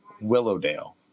Willowdale